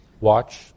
watch